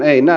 ei näy